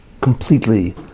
completely